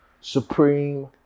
Supreme